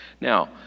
Now